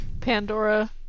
Pandora